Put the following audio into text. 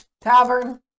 Tavern